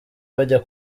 bajya